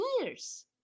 years